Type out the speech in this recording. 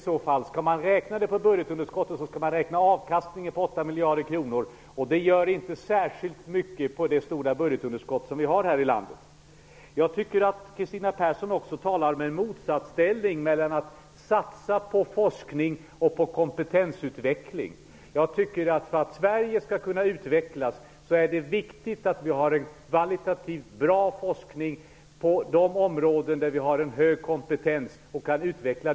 Om man skall räkna det på budgetunderskottet skall man räkna avkastningen på 8 miljarder kronor. Det gör inte särskilt mycket på det stora budgetunderskott som vi har i Sverige. Kristina Persson talar i motsatsställning när hon säger att det bör satsas på forskning och kompetensutveckling. För att Sverige skall kunna utvecklas är det viktigt med en kvalitativt bra forskning på de områden där vi har en hög kompetens och kan vidareutveckla.